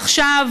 עכשיו,